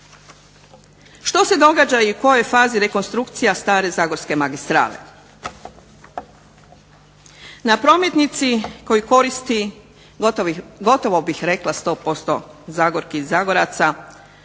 Što se događa i u kojoj je fazi rekonstrukcija stare Zagorske magistrale, na prometnici koju koristi gotovo bih rekla 100% Zagorki i Zagoraca